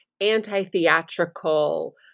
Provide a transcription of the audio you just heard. anti-theatrical